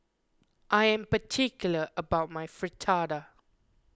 I am particular about my Fritada